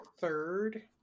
third